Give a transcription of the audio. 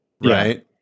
Right